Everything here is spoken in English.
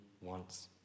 wants